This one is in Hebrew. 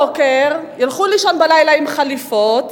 ילכו לישון בלילה עם חליפות